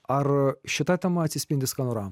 ar šita tema atsispindi skanoram